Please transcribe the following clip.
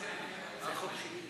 זה החוק שלי.